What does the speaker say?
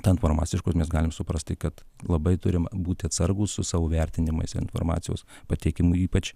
tą informaciją iš kur mes galim suprast tai kad labai turim būti atsargūs su savo vertinimais informacijos pateikimu ypač